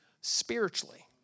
spiritually